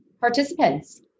participants